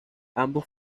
ambos